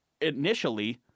initially